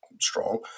strong